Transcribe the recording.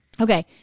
Okay